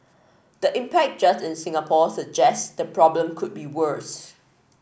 the impact just in Singapore suggest the problem could be worse